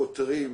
העותרים,